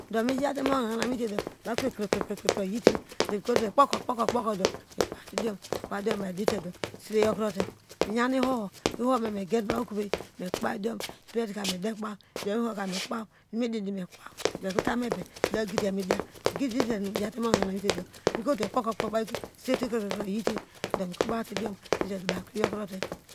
Meyaute mo oha hina meyite do baw kre kra kra kra kra eyrite me kwete kpoko kpoko kpoko do iyen idiom na idite do isere yokrote miyan ohoho ihohome meyen baw okove bread ka mede kobo indiom ihoho ka me kobow baw ekrote me ebeedragiye midiya igidite idite oho no awo. Oyite do mekotote ko ko ko ivo iyite do me kobow te idiom bow kro yokrote.